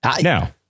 Now